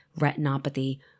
retinopathy